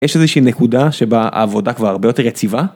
יש איזושהי נקודה שבה העבודה כבר הרבה יותר יציבה?